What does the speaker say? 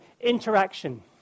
Interaction